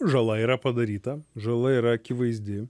žala yra padaryta žala yra akivaizdi